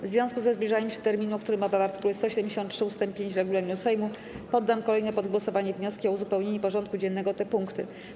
W związku ze zbliżaniem się terminu, o którym mowa w art. 173 ust. 5 regulaminu Sejmu, poddam kolejno pod głosowanie wnioski o uzupełnienie porządku dziennego o te punkty.